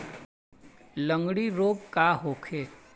लगंड़ी रोग का होखे?